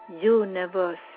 Universe